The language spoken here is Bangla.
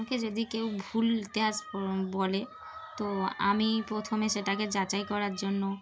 আমাকে যদি কেউ ভুল ইতিহাস বলে তো আমি প্রথমে সেটাকে যাচাই করার জন্য